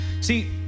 See